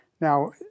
Now